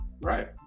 Right